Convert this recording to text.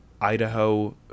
Idaho